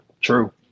True